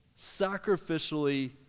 sacrificially